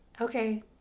Okay